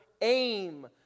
aim